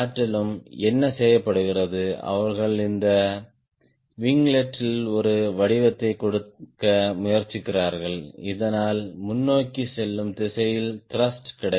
ஆற்றலும் என்ன செய்யப்படுகிறது அவர்கள் இந்த விங்லெட்டில் ஒரு வடிவத்தை கொடுக்க முயற்சிக்கிறார்கள் இதனால் முன்னோக்கி செல்லும் திசையில் த்ருஷ்ட் கிடைக்கும்